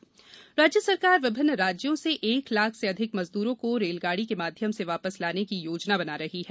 श्रमिक एक्सप्रेस राज्य सरकार विभिन्न राज्यों से एक लाख से अधिक मजदूरों को रेलगाड़ी के माध्यम से वापस लाने की योजना बना रही है